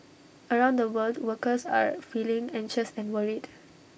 around the world workers are feeling anxious and worried